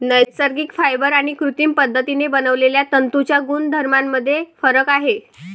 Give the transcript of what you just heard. नैसर्गिक फायबर आणि कृत्रिम पद्धतीने बनवलेल्या तंतूंच्या गुणधर्मांमध्ये फरक आहे